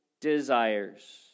desires